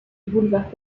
boulevard